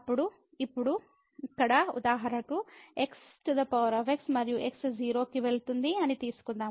ఇప్పుడు ఇక్కడ ఉదాహరణను xx మరియు x 0 కి వెళ్తుంది అని తీసుకుందాం